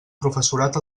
professorat